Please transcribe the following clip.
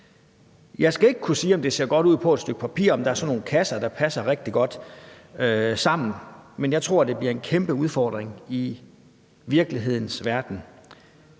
Jeg skal ikke kunne sige, om det ser godt ud på et stykke papir – om der er sådan nogle kasser, der passer rigtig godt sammen – men jeg tror, det bliver en kæmpe udfordring i virkelighedens verden.